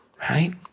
right